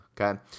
okay